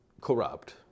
corrupt